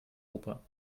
oper